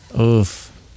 Oof